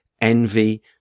envy